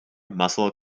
muscle